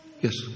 Yes